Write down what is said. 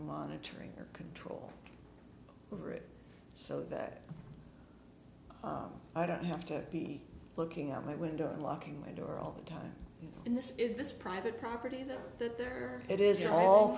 monitoring or control over it so that i don't have to be looking out my window and locking my door all the time and this is this private property that there it is they're all